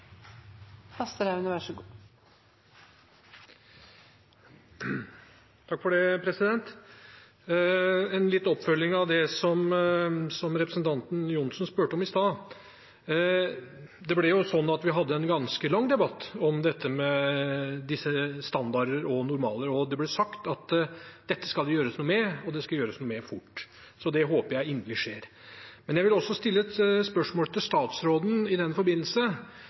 om i stad: Vi hadde en ganske lang debatt om standarder og normaler, og det ble sagt at dette skal det gjøres noe med, og det skal gjøres fort, så det håper jeg inderlig skjer. Men jeg vil stille et spørsmål til statsråden i den forbindelse.